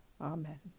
Amen